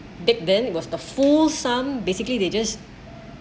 back then it was the full sum basically they just